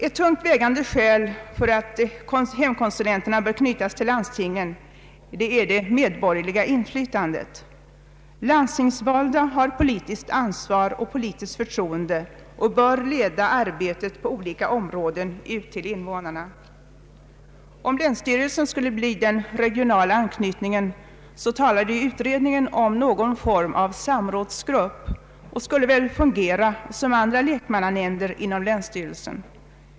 Ett tungt vägande skäl för att hemkonsulenterna bör knytas till landstingen är det medborgerliga inflytandet. Landstingsvalda har politiskt ansvar och politiskt förtroende och bör leda arbetet på olika områden ut till invånarna. Om länsstyrelsen skulle utgöra den regionala anknytningen skulle man enligt konsumentutredningen kunna tänka sig någon form av samrådsgrupp. En sådan grupp skulle väl fungera som andra lekmannanämnder inom länsstyrelsen.